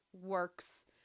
works